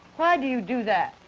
why do you do that?